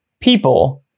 people